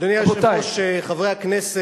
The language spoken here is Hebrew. אדוני היושב-ראש, רבותי.